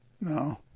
No